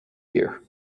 year